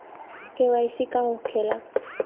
KYC का होखेला?